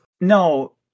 no